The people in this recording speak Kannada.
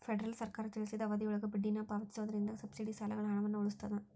ಫೆಡರಲ್ ಸರ್ಕಾರ ತಿಳಿಸಿದ ಅವಧಿಯೊಳಗ ಬಡ್ಡಿನ ಪಾವತಿಸೋದ್ರಿಂದ ಸಬ್ಸಿಡಿ ಸಾಲಗಳ ಹಣವನ್ನ ಉಳಿಸ್ತದ